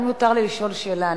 אם יותר לי לשאול שאלה,